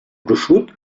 gruixut